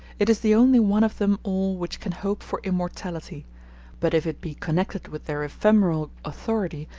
it is the only one of them all which can hope for immortality but if it be connected with their ephemeral authority,